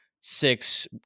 six